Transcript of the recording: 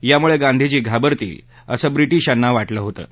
त्यामुळज्ञांधीजी घाबरतील असं ब्रिटिशांना वाटलं होतं